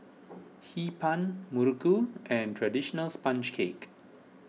Hee Pan Muruku and Traditional Sponge Cake